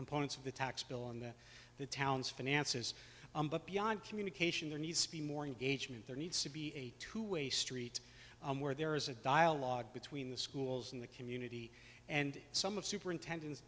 components of the tax bill and the towns finances but beyond communication there needs to be more engagement there needs to be a two way street where there is a dialogue between the schools in the community and some of superintendents